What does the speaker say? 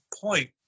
point